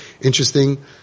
interesting